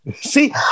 See